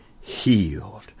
healed